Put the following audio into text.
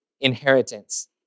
inheritance